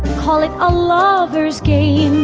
call it a lover's game.